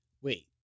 Wait